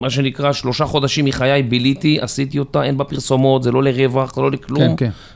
מה שנקרא שלושה חודשים מחיי ביליתי, עשיתי אותה, אין בה פרסומות, זה לא לרווח, זה לא לכלום.